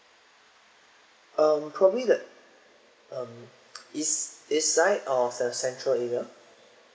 uh probably like um is east side or the central area